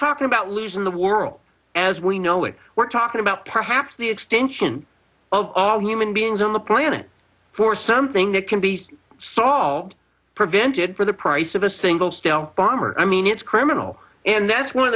talking about losing the world as we know it we're talking about perhaps the extension of all human beings on the planet for something that can be solved prevented for the price of a single style bomber i mean it's criminal and that's one of